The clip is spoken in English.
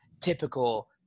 typical